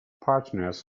partners